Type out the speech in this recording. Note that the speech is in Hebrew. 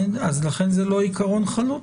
לכן זה לא עיקרון חלוט.